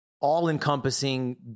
all-encompassing